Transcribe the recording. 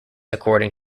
according